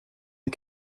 les